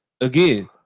again